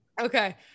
Okay